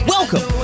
Welcome